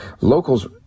locals